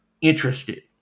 interested